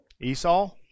Esau